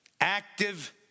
active